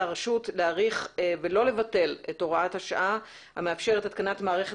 הרשות להאריך ולא לבטל את הוראת השעה המאפשרת התקנת מערכת